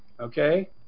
okay